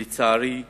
לצערי,